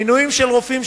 מינוים של הרופאים,